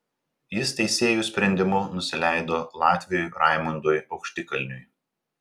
jis teisėjų sprendimu nusileido latviui raimondui aukštikalniui